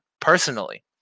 personally